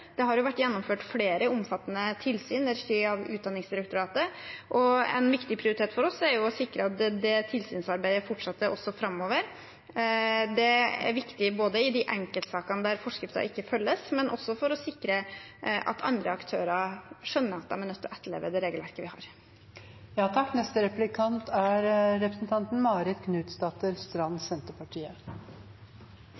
Det har vært gjennomført flere omfattende tilsyn i regi av Utdanningsdirektoratet, og en viktig prioritet for oss er å sikre at det tilsynsarbeidet fortsetter også framover. Det er viktig både i de enkeltsakene der forskriften ikke følges, og også for å sikre at andre aktører skjønner at de er nødt til å etterleve det regelverket vi har.